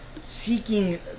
seeking